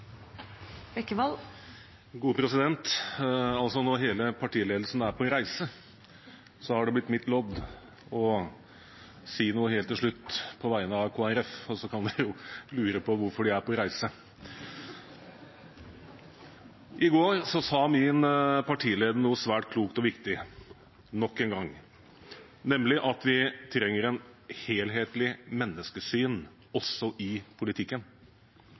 på reise, har det blitt mitt lodd å si noe helt til slutt på vegne av Kristelig Folkeparti – og så kan dere jo lure på hvorfor de er på reise. I går sa min partileder, nok en gang, noe svært klokt og viktig – nemlig at vi trenger et helhetlig menneskesyn også i politikken.